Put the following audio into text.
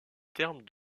terme